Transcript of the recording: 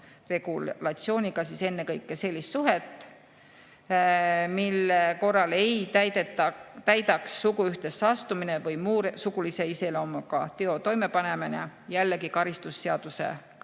regulatsiooniga ennekõike sellist suhet, mille korral ei täidaks suguühtesse astumine või muu sugulise iseloomuga teo toimepanemine karistusseadustiku